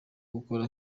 gukora